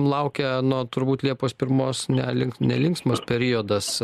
laukia nuo turbūt liepos pirmos ne link nelinksmas periodas